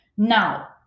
Now